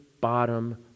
bottom